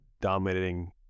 dominating